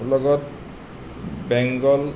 লগত বেংগল